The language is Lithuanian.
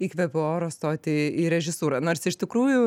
įkvėpiau oro stoti į režisūrą nors iš tikrųjų